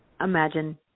imagine